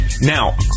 Now